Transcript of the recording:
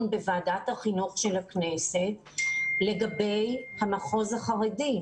בוועדת החינוך של הכנסת לגבי המחוז החרדי.